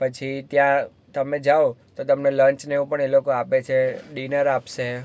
પછી ત્યાં તમે જાઓ તો તમને લંચને એવું પણ એ લોકો આપે છે ડિનર આપશે